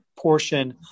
Portion